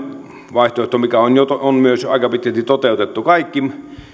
vaihtoehto joka on myös aika pitkälti toteutettu on se että kaikki